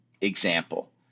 example